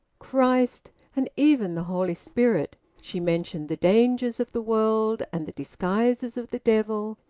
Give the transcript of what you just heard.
christ, and even the holy spirit. she mentioned the dangers of the world, and the disguises of the devil,